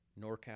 norcal